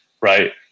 right